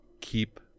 keep